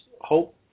hope